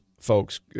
folks